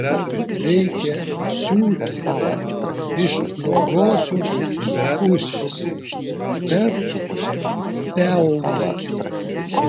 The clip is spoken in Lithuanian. reikia siūti iš blogosios pusės per peltakį